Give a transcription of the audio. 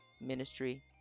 ministry